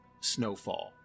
snowfall